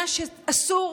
שאסור